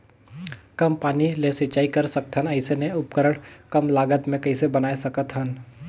कम पानी ले सिंचाई कर सकथन अइसने उपकरण कम लागत मे कइसे बनाय सकत हन?